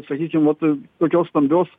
sakykim vat tokios stambios